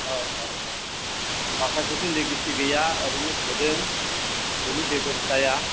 औ औ औ माखासेथ' लेगेसि गैया ओरैनो सोदों बेनि बेबस्थाया